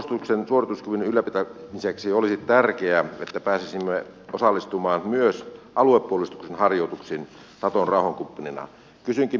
suomen puolustuksen suorituskyvyn ylläpitämiseksi olisi tärkeää että pääsisimme osallistumaan myös aluepuolustuksen harjoituksiin naton rauhankumppanina